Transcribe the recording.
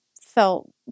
felt